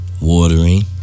Watering